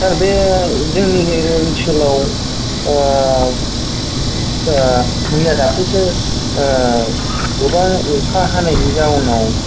सार बे जोंनि नैबे ओनसोलाव मैया दाख्लिसो गोबां अखा हानायनि जाहोनाव